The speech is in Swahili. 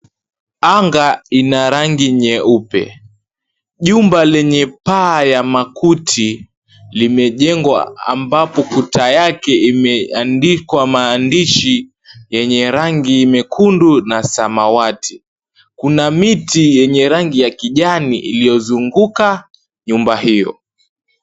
Anga ina rangi nyeupe. Jumba lenye paa ya makuti limejengwa ambapo kuta yake imeandikwa maandishi yenye rangi mekundu na samawati. Kuna miti yenye rangi ya kijani iliyozunguka nyumba hio.